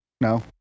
No